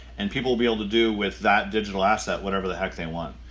and people will be able to do with that digital asset, whatever the heck they want.